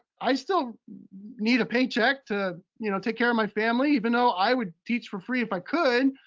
i still need a paycheck to you know take care of my family, even though i would teach for free if i could.